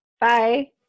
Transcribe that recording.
Bye